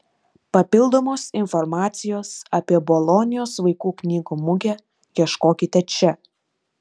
papildomos informacijos apie bolonijos vaikų knygų mugę ieškokite čia